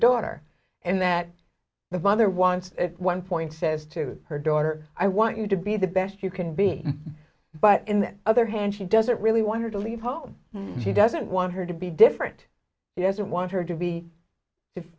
daughter in that the mother wants one point says to her daughter i want you to be the best you can be but in the other hand she doesn't really want her to leave home she doesn't want her to be different it isn't want her to be